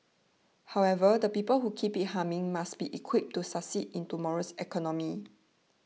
however the people who keep it humming must be equipped to succeed in tomorrow's economy